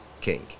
king